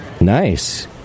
Nice